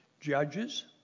judges